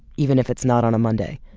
even if it's not on a monday.